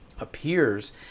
appears